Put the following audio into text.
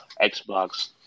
Xbox